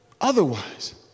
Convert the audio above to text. Otherwise